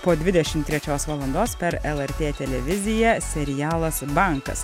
po dvidešim trečios valandos per lrt televiziją serialas bankas